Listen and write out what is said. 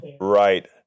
Right